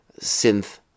synth